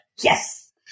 yes